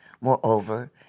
Moreover